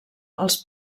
els